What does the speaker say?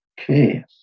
Okay